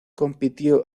compitió